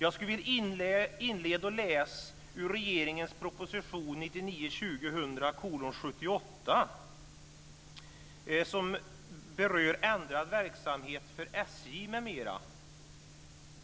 Jag skulle vilja inleda med att läsa ur regeringens proposition 1999/2000:78 som berör ändrad verksamhet för SJ m.m.